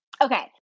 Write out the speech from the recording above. Okay